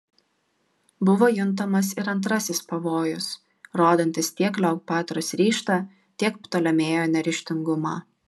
buvo juntamas ir antrasis pavojus rodantis tiek kleopatros ryžtą tiek ptolemėjo neryžtingumą